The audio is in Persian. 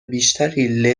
بیشتری